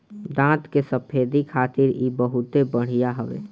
दांत के सफेदी खातिर इ बहुते बढ़िया हवे